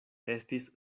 estis